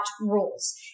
rules